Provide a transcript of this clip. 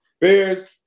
Bears